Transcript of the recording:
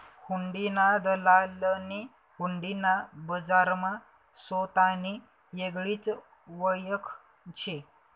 हुंडीना दलालनी हुंडी ना बजारमा सोतानी येगळीच वयख शे